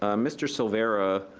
um mr. salvara